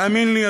תאמין לי,